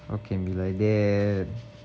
how can be like that